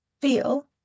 feel